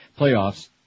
playoffs